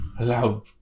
loud